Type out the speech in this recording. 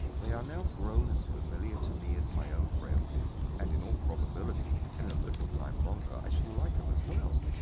they are now grown as familiar to me as my own frailties, and in all probability in a little time longer i shall like em as well.